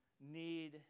need